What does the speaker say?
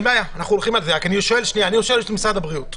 אני שואל את משרד הבריאות,